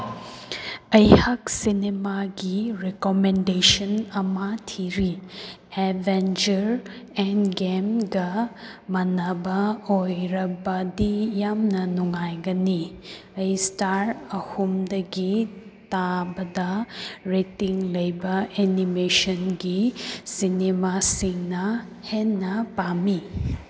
ꯑꯩꯍꯥꯛ ꯁꯤꯅꯦꯃꯥꯒꯤ ꯔꯤꯀꯃꯦꯟꯗꯦꯁꯟ ꯑꯃ ꯊꯤꯔꯤ ꯑꯦꯚꯦꯟꯆꯔ ꯑꯦꯟꯒꯦꯝꯒ ꯃꯥꯟꯅꯕ ꯑꯣꯏꯔꯕꯗꯤ ꯌꯥꯝꯅ ꯅꯨꯡꯉꯥꯏꯒꯅꯤ ꯑꯩ ꯏꯁꯇꯥꯔ ꯑꯍꯨꯝꯗꯒꯤ ꯇꯥꯕꯗ ꯔꯦꯇꯤꯡ ꯂꯩꯕ ꯑꯦꯅꯤꯃꯦꯁꯟꯒꯤ ꯁꯤꯅꯤꯃꯥꯁꯤꯡꯅ ꯍꯦꯟꯅ ꯄꯥꯝꯃꯤ